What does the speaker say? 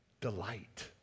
delight